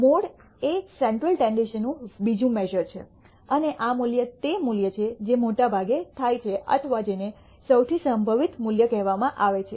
mode એ central ટેંડેંસીનું બીજું મેશ઼ર છે અને આ મૂલ્ય તે મૂલ્ય છે જે મોટાભાગે થાય છે અથવા જેને સૌથી સંભવિત મૂલ્ય કહેવામાં આવે છે